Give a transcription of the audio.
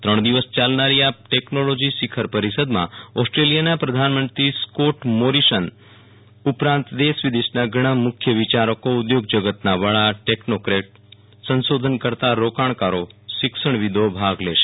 ત્રણ દિવસ યાલનારી આ ટેકનોલોજી શિખર પરિષદમાં ઓસ્ટ્રેલીયાના પ્રધાનમંત્રી સ્કોટ મોરિસન ઉપરાંત દેશવિદેશના ઘણા મુખ્ય વિચારકો ઉદ્યોગ જગતના વડા ટેકનોક્રેટ સંશોધનકર્તા રોકાણકારો શિક્ષણવિદ્દો વગેરે ભાગ લેશે